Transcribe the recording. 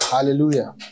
Hallelujah